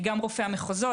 גם רופאי המחוזות,